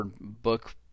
book